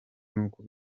n’uko